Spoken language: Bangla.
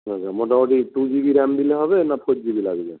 মোটামুটি টু জিবি র্যাম দিলে হবে না ফোর জিবি লাগবে